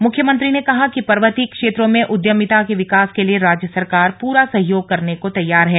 मुख्यमंत्री ने कहा कि पर्वतीय क्षेत्रों में उद्यमिता के विकास के लिये राज्य सरकार पूरा सहयोग करने को तैयार है